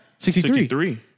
63